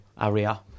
area